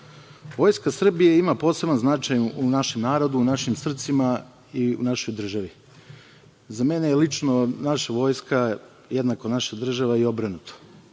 Srbije. Vojska Srbije ima poseban značaj u našem narodu, u našim srcima i u našoj državi. Za mene je lično naša vojska jednako naša država i obrnuto.